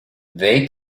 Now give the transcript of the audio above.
they